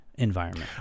Environment